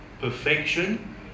perfection